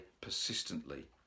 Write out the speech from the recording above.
persistently